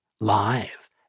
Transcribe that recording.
live